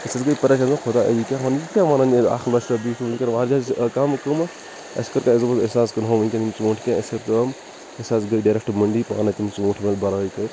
أسۍ حظ گٔے پَرِیشان ہَے خۄدایہِ یہِ کِیٛاہ وَنان یہِ کیاہ ونان یہِ اَکھ لَچھ رۄپِیہِ سُہ واریاہ کَم قۭمَتھ اَسہِ کۭتِیاہ اَسہِ حظ کٕنہُو ونکیٚن یِم ژونٛٹھۍ اَسہِ کٔر کٲم أسۍ حظ گٔے ڈَرِؠکٹ منڈِی پانے تِم ژونٛٹھۍ ووٗٹھۍ برٲے کٔر